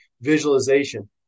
visualization